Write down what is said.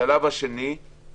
השלב השני הוא